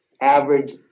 average